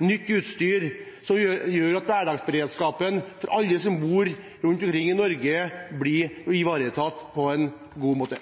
nytt utstyr, som gjør at hverdagsberedskapen til alle som bor rundt omkring i Norge, blir ivaretatt på en god måte.